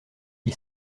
qui